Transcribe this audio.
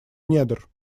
недр